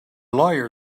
lawyer